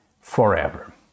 forever